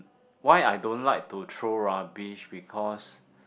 why I don't like to throw rubbish because